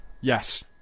Yes